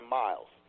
miles